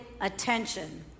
attention